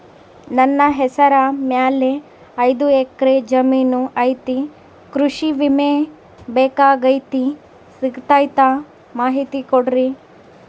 ನನ್ನ ಹೆಸರ ಮ್ಯಾಲೆ ಐದು ಎಕರೆ ಜಮೇನು ಐತಿ ಕೃಷಿ ವಿಮೆ ಬೇಕಾಗೈತಿ ಸಿಗ್ತೈತಾ ಮಾಹಿತಿ ಕೊಡ್ರಿ?